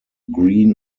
green